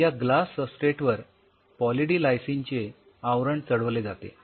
या glass substrate वर poly D lysine चे आवरण चढवले जाते